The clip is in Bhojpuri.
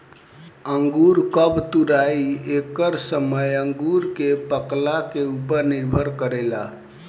अंगूर कब तुराई एकर समय अंगूर के पाकला के उपर निर्भर करेला